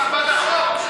החוק.